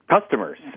customers